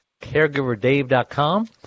caregiverdave.com